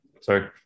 sorry